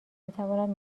بتواند